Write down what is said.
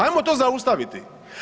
Ajmo to zaustaviti.